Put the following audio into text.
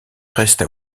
reste